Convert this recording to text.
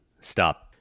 stop